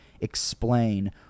explain